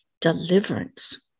deliverance